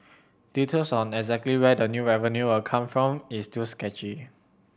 details of exactly where the new revenue will come from is still sketchy